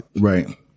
Right